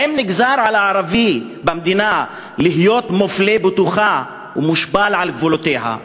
האם נגזר על הערבי במדינה להיות מופלה בתוכה ומושפל על גבולותיה?